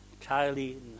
entirely